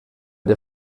der